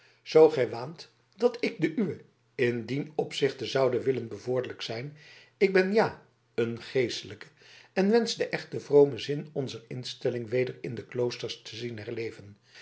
zoo gij waant dat ik de uwe in dien opzichte zoude willen bevorderlijk zijn ik ben ja een geestelijke en wensch den echten vromen zin onzer instelling weder in de kloosters te zien